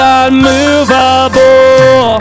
unmovable